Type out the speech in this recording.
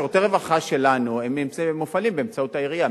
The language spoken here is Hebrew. שירותי הרווחה שלנו מופעלים באמצעות העירייה.